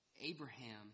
Abraham